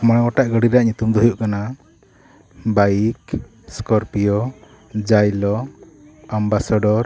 ᱢᱚᱬᱮ ᱜᱚᱴᱮᱡ ᱜᱟᱹᱰᱤ ᱨᱮᱭᱟᱜ ᱧᱩᱛᱩᱢ ᱫᱚ ᱦᱩᱭᱩᱜ ᱠᱟᱱᱟ ᱵᱟᱭᱤᱠ ᱮᱥᱠᱚᱨᱯᱤᱭᱳ ᱡᱟᱭᱞᱚ ᱟᱢᱵᱟᱥᱮᱰᱚᱨ